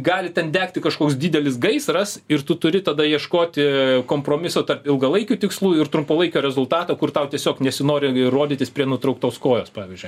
gali ten degti kažkoks didelis gaisras ir tu turi tada ieškoti kompromiso tarp ilgalaikių tikslų ir trumpalaikio rezultato kur tau tiesiog nesinori rodytis prie nutrauktos kojos pavyzdžiui